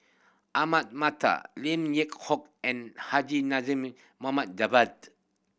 Ahmad Mattar Lim Yew Hock and Haji Javad